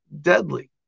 deadly